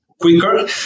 quicker